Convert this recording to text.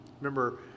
remember